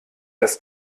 das